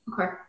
Okay